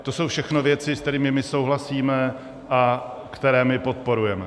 To jsou všechno věci, se kterými souhlasíme a které podporujeme.